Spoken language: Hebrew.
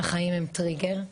"החיים הם טריגר",